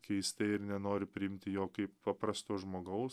keistai ir nenori priimti jo kaip paprasto žmogaus